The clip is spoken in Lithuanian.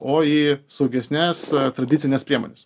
o į saugesnes tradicines priemones